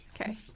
okay